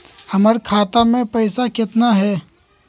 हमर खाता मे पैसा केतना है?